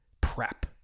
prep